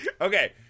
Okay